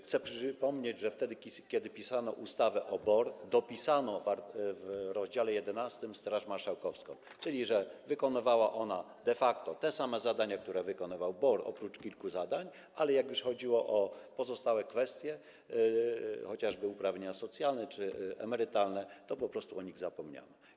Chcę przypomnieć, że wtedy kiedy pisano ustawę o BOR, dopisano w rozdziale 11 Straż Marszałkowską, czyli wykonywała ona de facto te same zadania, które wykonywał BOR, oprócz kilku zadań, ale jak już chodziło o pozostałe kwestie, chociażby uprawnienia socjalne czy emerytalne, to po prostu o nich zapomniano.